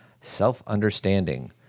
self-understanding